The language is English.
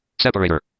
Separator